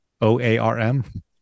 O-A-R-M